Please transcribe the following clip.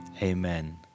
Amen